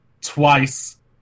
twice